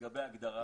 לגבי ההגדרה.